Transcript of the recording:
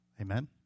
Amen